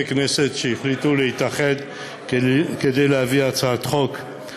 כנסת שהחליטו להתאחד כדי להביא הצעת חוק,